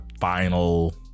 final